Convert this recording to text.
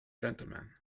gentlemen